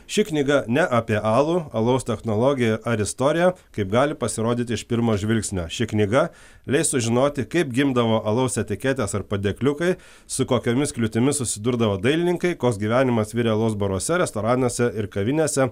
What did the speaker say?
ši knyga ne apie alų alaus technologiją ar istoriją kaip gali pasirodyti iš pirmo žvilgsnio ši knyga leis sužinoti kaip gimdavo alaus etiketės ar padėkliukai su kokiomis kliūtimis susidurdavo dailininkai koks gyvenimas virė alaus baruose restoranuose ir kavinėse